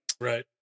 Right